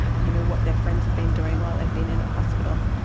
you know, what their friends have been doing while they've been in hospital.